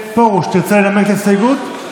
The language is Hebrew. פרוש, תרצה לנמק את ההסתייגות?